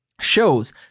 shows